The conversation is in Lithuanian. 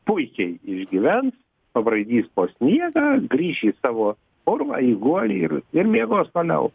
puikiai išgyvens pabraidys po sniegą grįš į savo urvą į guolį ir ir miegos toliau